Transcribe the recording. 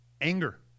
Anger